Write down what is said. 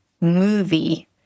movie